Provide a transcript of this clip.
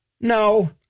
No